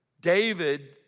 David